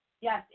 yes